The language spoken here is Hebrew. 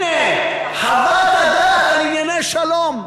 הנה חוות הדעת על ענייני שלום.